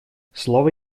слово